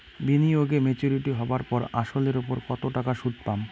বিনিয়োগ এ মেচুরিটির পর আসল এর উপর কতো টাকা সুদ পাম?